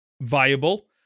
viable